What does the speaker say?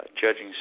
judging